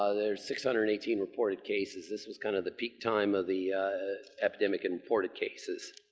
ah there's six hundred and eighteen reported cases, this was kind of the peak time of the epidemic in reported cases.